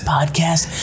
Podcast